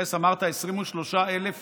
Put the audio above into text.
אמרת שהוא מתייחס ל-23,000